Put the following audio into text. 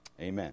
Amen